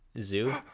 zoo